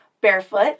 barefoot